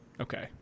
Okay